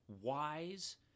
wise